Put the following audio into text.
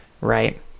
right